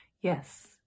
Yes